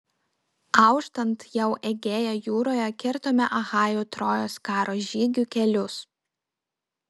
auštant jau egėjo jūroje kirtome achajų trojos karo žygių kelius